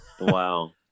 wow